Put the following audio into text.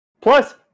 plus